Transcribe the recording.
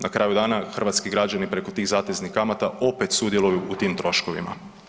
Na kraju dana, hrvatski građani preko tih zateznih kamata opet sudjeluju u tim troškovima.